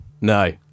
No